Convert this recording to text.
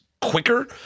quicker